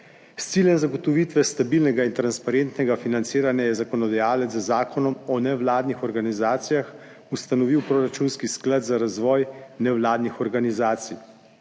s ciljem zagotovitve stabilnega in transparentnega financiranja je zakonodajalec z Zakonom o nevladnih organizacijah ustanovil proračunski sklad za razvoj nevladnih organizacij.